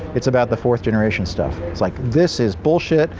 it's about the fourth-generation stuff. it's like this is bullshit!